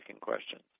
questions